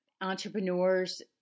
entrepreneurs